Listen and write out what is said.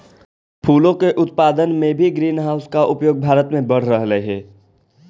फूलों के उत्पादन में भी ग्रीन हाउस का उपयोग भारत में बढ़ रहलइ हे